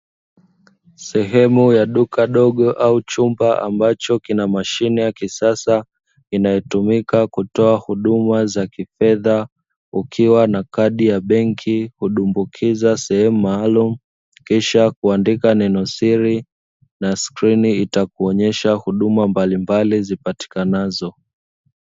Sehemu ya duka dogo au chumba ambacho kina mashine ya kisasa, inayotumika kutoa za kifedha ukiwa na kadi ya benki kudumbukiza sehemu maalumu kisha kuandika neno siri na skrini itakuonyesha huduma mbalimbali zipatikanazo.